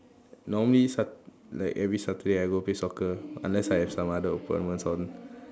normally Sat~ like every Saturday I go play soccer unless I have some other appointments on